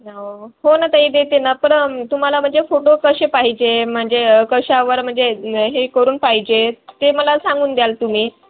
न हो ना ताई देते ना पण तुम्हाला म्हणजे फोटो कसे पाहिजे म्हणजे कशावर म्हणजे हे करून पाहिजे ते मला सांगून द्याल तुम्ही